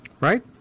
Right